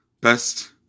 best